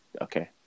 okay